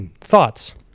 Thoughts